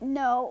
no